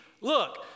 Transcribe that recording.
look